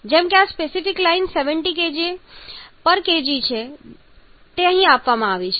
જેમ કે આ સ્પેસિફિક લાઈન 70 kJkg ને અનુલક્ષે છે તે અહીં આપવામાં આવી છે